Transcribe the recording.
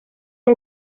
que